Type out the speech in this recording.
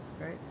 right